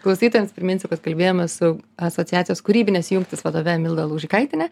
klausytojams priminsiu kad kalbėjomės su asociacijos kūrybinės jungtys vadove milda laužikaitiene